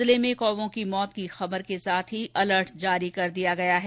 जिले में कौओं की मौत की खबर के साथ ही अलर्ट जारी कर दिया गया है